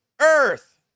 earth